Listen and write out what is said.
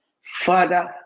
Father